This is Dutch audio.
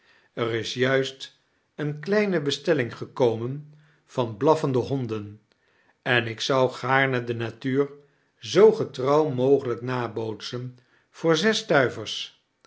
er is juist eene kleine bestelling gekomien van blaffende honden en ik zou gaarne de natuur zoo getrouw mogegelijk nabootsen voor z'es stuivers